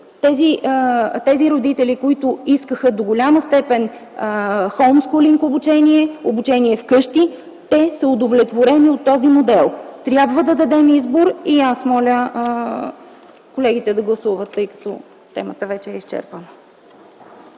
Тези родители, които искаха до голяма степен хоумскулинг обучение – обучение в къщи, те са удовлетворени от този модел. Трябва да дадем избор и аз моля колегите да гласуват, тъй като темата вече е изчерпана.